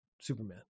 Superman